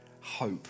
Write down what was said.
hope